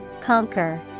Conquer